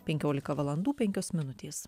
penkiolika valandų penkios minutės